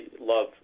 love